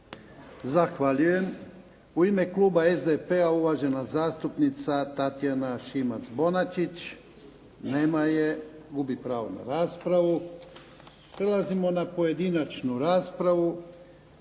Zahvaljujem. U ime kluba SDP-a, uvažena zastupnica Tatjana Šimac Bonačić. Nema je. Gubi pravo na raspravu. Prelazimo na pojedinačnu raspravu.